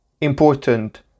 important